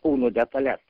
kūno detales